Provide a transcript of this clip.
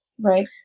Right